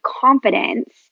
confidence